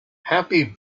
happy